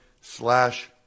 slash